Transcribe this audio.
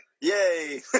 Yay